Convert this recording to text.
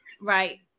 Right